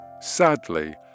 Sadly